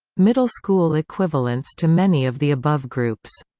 middle school equivalents to many of the above groups